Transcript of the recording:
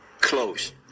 close